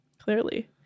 Clearly